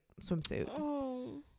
swimsuit